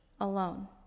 alone